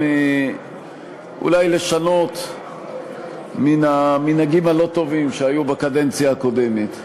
אולי לשנות מן המנהגים הלא-טובים שהיו בקדנציה הקודמת,